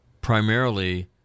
primarily